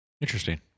Interesting